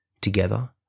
together